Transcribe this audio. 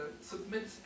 submit